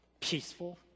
peaceful